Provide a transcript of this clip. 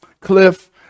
cliff